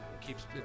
keeps